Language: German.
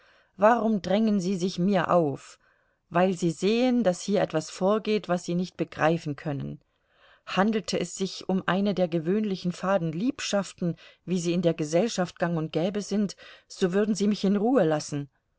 warum drängen sie sich mir auf weil sie sehen daß hier etwas vorgeht was sie nicht begreifen können handelte es sich um eine der gewöhnlichen faden liebschaften wie sie in der gesellschaft gang und gäbe sind so würden sie mich in ruhe lassen